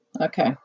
Okay